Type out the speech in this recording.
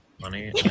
money